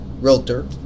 realtor